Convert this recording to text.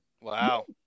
Wow